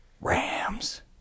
Rams